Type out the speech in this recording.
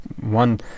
one